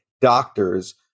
doctors